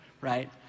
right